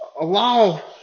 allow